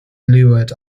leeward